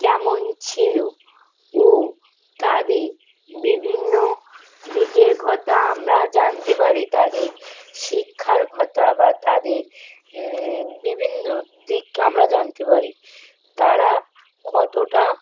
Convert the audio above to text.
কেমন ছিল ও তাদের বিভিন্ন দিকের কথা আমরা জানতে পারি তাদের শিক্ষার কথা বা তাদের বিভিন্ন দিক আমরা জানতে পারি তারা কতটা